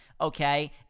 okay